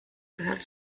gehört